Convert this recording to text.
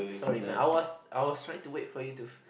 so even I was I was try to wait for you to